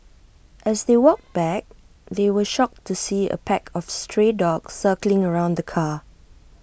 as they walked back they were shocked to see A pack of stray dogs circling around the car